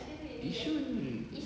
yishun mm